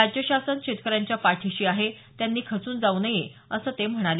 राज्यशासन शेतकऱ्यांच्या पाठीशी आहे त्यांनी खचून जाऊ नये असं ते म्हणाले